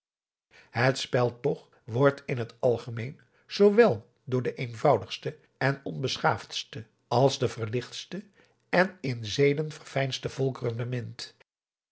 het spel toch wordt in t algemeen zoowel door de eenvoudigste en onbeschaafdste als de verlichtste en in zeden verfijndste volkeren bemind